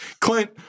Clint